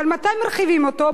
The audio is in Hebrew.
אבל מתי מרחיבים אותו?